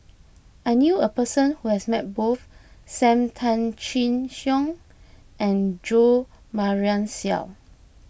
I knew a person who has met both Sam Tan Chin Siong and Jo Marion Seow